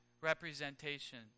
representation